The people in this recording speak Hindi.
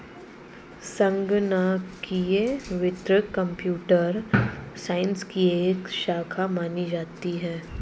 संगणकीय वित्त कम्प्यूटर साइंस की एक शाखा मानी जाती है